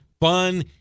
fun